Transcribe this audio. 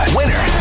winner